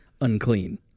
unclean